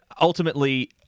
ultimately